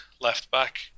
left-back